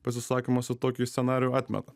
pasisakymuose tokį scenarijų atmeta